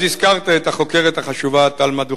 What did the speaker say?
אז הזכרת את החוקרת החשובה תלמה דוכן.